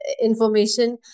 information